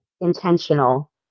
intentional